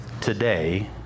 today